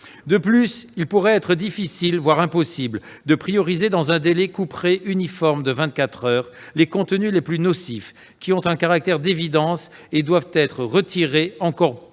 De plus, il pourrait être difficile, voire impossible d'établir la priorité, dans un délai couperet uniforme de vingt-quatre heures, des contenus les plus nocifs qui ont un caractère d'évidence et doivent être retirés encore plus